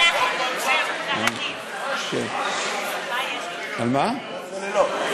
להגיד על הצוללות?